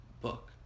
book